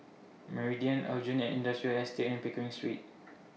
Meridian Aljunied Industrial Estate and Pickering Street